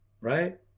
right